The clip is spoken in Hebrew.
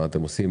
מה אתם עושים,